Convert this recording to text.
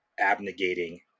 abnegating